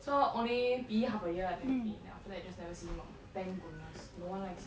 so only P_E half a year I think then after that just never see him lor know thank goodness no one likes him